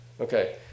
Okay